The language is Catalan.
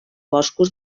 boscos